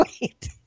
Wait